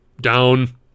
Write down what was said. down